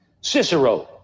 Cicero